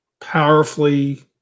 powerfully